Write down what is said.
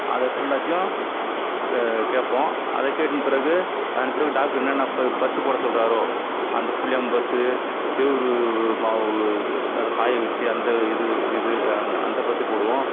அதை ஃபுல்லாத்தையும் கேட்போம் அதை கேட்டின பிறகு அதன் பிறகு டாக்டர் என்னென்னா ப பத்துப்போட சொல்கிறாரோ அந்த புலியம் பத்து கேவுர் மாவு அதை காய வைச்சு அந்த இது இது அந் அந்த பத்து போடுவோம்